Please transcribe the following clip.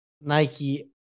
nike